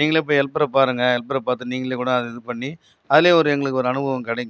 நீங்களே போய் ஹெல்பரை பாருங்கள் ஹெல்பரை பார்த்து நீங்களே கூட இது பண்ணி அதில் ஒரு எங்களுக்கு ஒரு அனுபவம் கிடைக்கும்